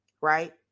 right